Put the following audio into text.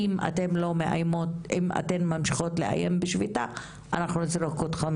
"אם אתן ממשיכות לאיים בשביתה אנחנו נזרוק אתכן